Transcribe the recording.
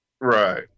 Right